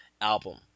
album